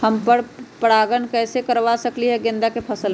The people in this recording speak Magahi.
हम पर पारगन कैसे करवा सकली ह गेंदा के फसल में?